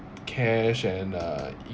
cash and uh